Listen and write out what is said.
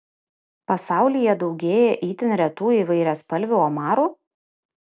pasaulyje daugėja itin retų įvairiaspalvių omarų